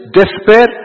despair